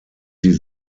sie